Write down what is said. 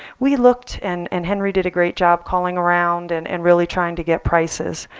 we looked, and and henry did a great job calling around and and really trying to get prices.